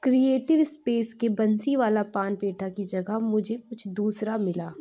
creative space کے بنسی والا پان پیٹھا کی جگہ مجھے کچھ دوسرا ملا